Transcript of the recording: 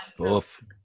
Oof